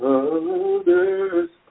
others